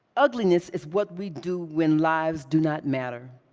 ugliness is what we do when lives do not matter,